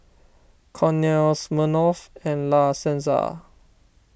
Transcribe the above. Cornell Smirnoff and La Senza